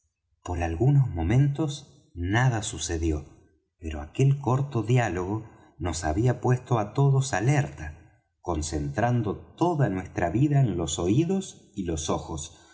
por algunos momentos nada sucedió pero aquel corto diálogo nos había puesto á todos alerta concentrando toda nuestra vida en los oídos y los ojos